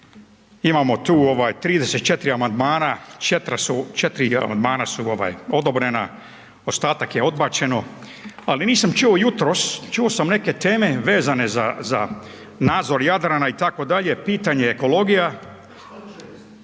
imamo tu 34 amandmana, 4 amandmana su odobrena, ostatak je odbačeno, ali nisam čuo jutros čuo sam neke teme vezane za nadzor Jadrana itd. pitanje ekologija,